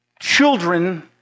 children